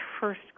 first